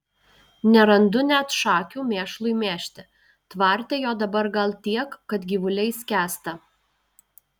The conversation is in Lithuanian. nerandu net šakių mėšlui mėžti tvarte jo dabar gal tiek kad gyvuliai skęsta